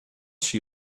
she